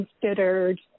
considered